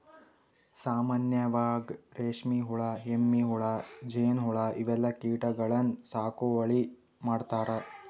ಸಾಮಾನ್ಯವಾಗ್ ರೇಶ್ಮಿ ಹುಳಾ, ಎಮ್ಮಿ ಹುಳಾ, ಜೇನ್ಹುಳಾ ಇವೆಲ್ಲಾ ಕೀಟಗಳನ್ನ್ ಸಾಗುವಳಿ ಮಾಡ್ತಾರಾ